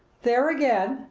there again!